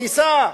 ניסה,